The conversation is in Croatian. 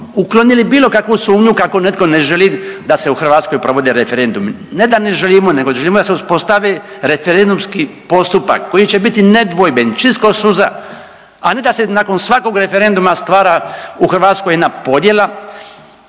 uklonili bilo kakvu sumnju kako netko ne želi da se u Hrvatskoj provodi referendum. Ne da ne želimo, nego želimo da se uspostavi referendumski postupak koji će biti nedvojben, čist kao suza, a ne da se nakon svakog referenduma stvara u Hrvatskoj jedna podjela,